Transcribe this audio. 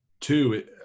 Two